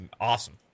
awesome